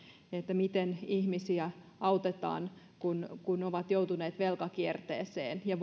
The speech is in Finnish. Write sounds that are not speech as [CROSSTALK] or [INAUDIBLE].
miten ihmisiä autetaan kun he ovat joutuneet velkakierteeseen ja [UNINTELLIGIBLE]